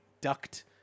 ducked